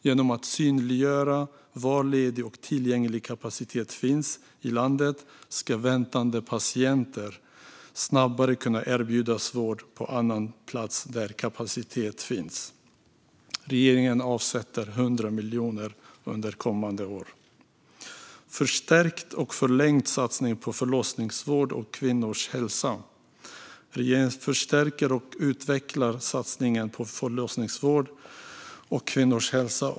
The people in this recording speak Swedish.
Genom att det synliggörs var i landet det finns ledig och tillgänglig kapacitet ska väntande patienter snabbare kunna erbjudas vård på annan plats, där kapacitet finns. Regeringen avsätter 100 miljoner under kommande år. Regeringen förstärker, förlänger och utvecklar satsningen på förlossningsvård och kvinnors hälsa.